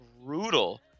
brutal